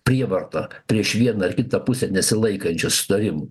prievartą prieš vieną ar kitą pusę nesilaikančios susitarimų